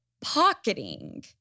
pocketing